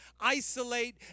isolate